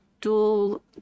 dual